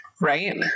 right